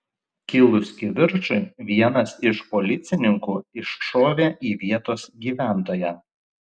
kilus kivirčui vienas iš policininkų iššovė į vietos gyventoją